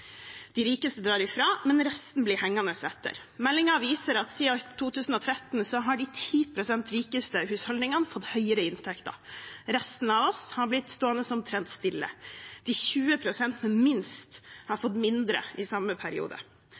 De rikeste drar ifra, mens resten blir hengende etter. Meldingen viser at siden 2013 har de 10 pst. rikeste husholdningene fått høyere inntekter. Resten av oss har blitt stående omtrent stille. De 20 pst. med minst har fått mindre i samme periode.